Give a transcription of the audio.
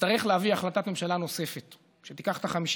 נצטרך להביא החלטת ממשלה נוספת שתיקח את ה-50